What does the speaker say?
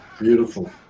Beautiful